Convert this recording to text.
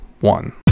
one